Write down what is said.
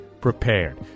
prepared